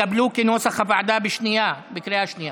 כנוסח הוועדה, התקבלו בקריאה השנייה.